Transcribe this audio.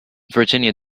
virginia